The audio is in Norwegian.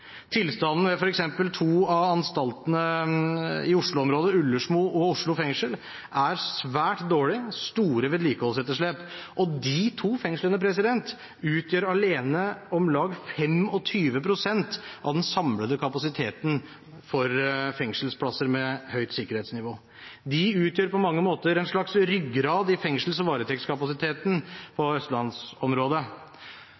Tilstanden ved f.eks. to av anstaltene i Oslo-området, Ullersmo fengsel og Oslo fengsel, er svært dårlig, med store vedlikeholdsetterslep, og de to fengslene utgjør alene om lag 25 pst. av den samlede kapasiteten for fengselsplasser med høyt sikkerhetsnivå. De utgjør på mange måter en slags ryggrad i fengsels- og